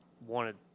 wanted –